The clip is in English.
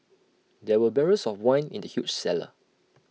there were barrels of wine in the huge cellar